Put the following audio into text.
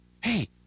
Hey